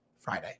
Friday